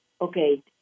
okay